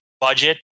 budget